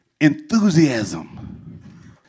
enthusiasm